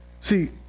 see